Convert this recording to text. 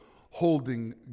holding